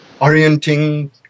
orienting